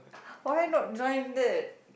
why not join that